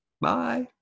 Bye